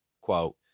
Quote